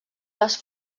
les